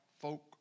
folk